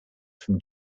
from